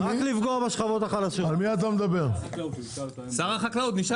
זה הכול מדיניות של השר הקודם.